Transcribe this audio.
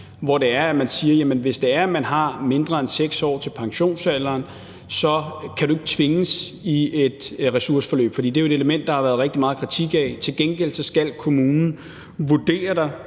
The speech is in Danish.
hvor man siger, at hvis man har mindre end 6 år til pensionsalderen, kan man ikke tvinges i et ressourceforløb. For det er jo et element, der har været rigtig meget kritik af. Til gengæld skal kommunen vurdere